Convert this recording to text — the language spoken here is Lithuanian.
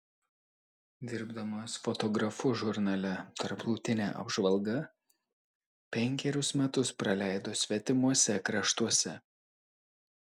dirbdamas fotografu žurnale tarptautinė apžvalga penkerius metus praleido svetimuose kraštuose